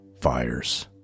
fires